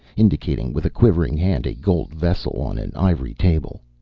indicating with a quivering hand a gold vessel on an ivory table.